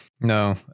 no